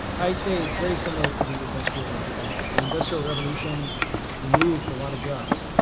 i say it's very similar to the industrial revolution. the industrial revolution removed a lot of jobs,